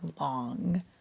long